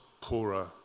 poorer